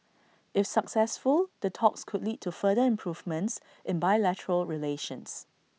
if successful the talks could lead to further improvements in bilateral relations